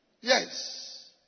Yes